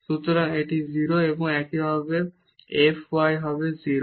সুতরাং এটি 0 এবং একইভাবে f y হবে 0